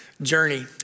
journey